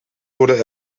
wurde